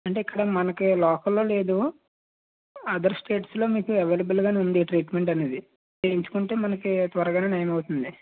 అంటే ఇక్కడ మనకి లోకల్లో లేదు అదర్ స్టేట్స్లో మీకు అవైలబుల్గనే ఉంది ట్రీట్మెంట్ అనేది చేయించుకుంటే మనకి త్వరగానే నయమవుతుంది